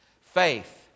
Faith